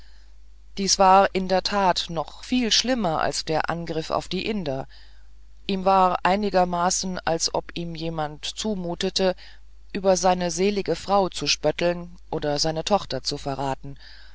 dies war in der tat noch viel schlimmer als der angriff auf die inder ihm war einigermaßen als ob ihm jemand zumutete über seine selige frau zu spötteln oder seine tochter zu verraten